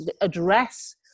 address